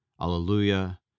Alleluia